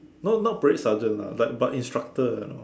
no not parade sergeant lah like but instructor you know